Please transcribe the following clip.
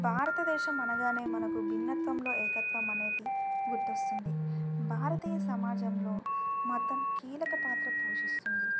భారతదేశం అనగానే మనకు భిన్నత్వంలో ఏకత్వం అనేది గుర్తు వస్తుంది భారతీయ సమాజంలో మతం కీలక పాత్ర పోషిస్తుంది